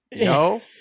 No